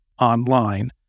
online